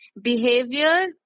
behavior